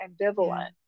ambivalent